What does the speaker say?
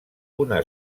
una